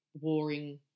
warring